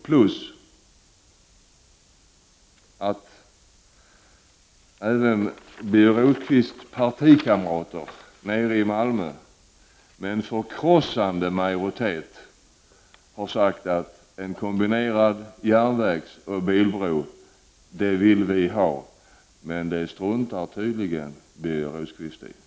Även en förkrossande majoritet av Birger Rosqvists partivänner i Malmö har sagt att de vill ha en kombinerad järnvägsoch bilbro. Men det struntar tydligen Birger Rosqvist i.